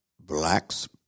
blacks